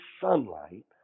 sunlight